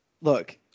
Look